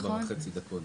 בארבע וחצי דקות.